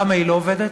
למה היא לא עובדת?